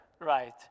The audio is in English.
right